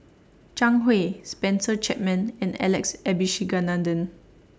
Zhang Hui Spencer Chapman and Alex Abisheganaden